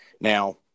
Now